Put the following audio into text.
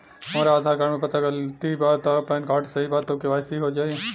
हमरा आधार कार्ड मे पता गलती बा त पैन कार्ड सही बा त के.वाइ.सी हो जायी?